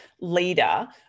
leader